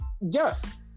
Yes